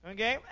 Okay